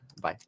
Bye